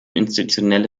institutionelle